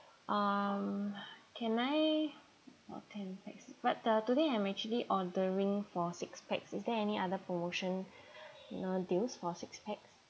um can I ten pax but the today I'm actually ordering for six pax is there any other promotion uh deals for six pax